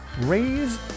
raise